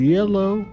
Yellow